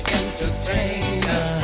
entertainer